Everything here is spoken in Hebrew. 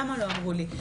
למה לא אמרו לי?